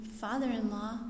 father-in-law